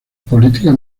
políticas